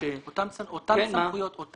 אותן סמכויות.